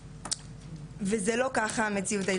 היה קשה גם לאישה לזהות